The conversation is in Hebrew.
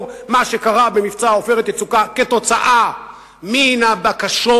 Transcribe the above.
מה שקרה במבצע "עופרת יצוקה" כתוצאה מן הבקשות,